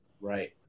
Right